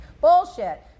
bullshit